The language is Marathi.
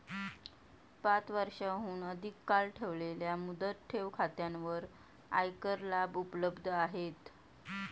पाच वर्षांहून अधिक काळ ठेवलेल्या मुदत ठेव खात्यांवर आयकर लाभ उपलब्ध आहेत